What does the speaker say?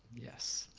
yes.